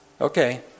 okay